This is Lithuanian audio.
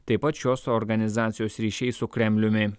taip pat šios organizacijos ryšiai su kremliumi